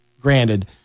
granted